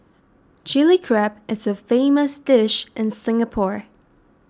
Chilli Crab is a famous dish in Singapore